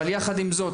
אבל יחד עם זאת,